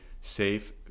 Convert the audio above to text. safe